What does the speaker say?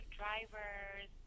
drivers